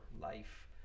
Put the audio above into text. life